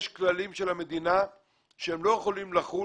יש כללים של המדינה שלא יכולים לחול,